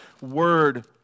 word